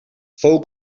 fou